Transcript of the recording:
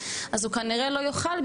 אז הוא כנראה לא יוכל,